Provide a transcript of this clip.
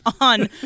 on